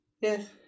Yes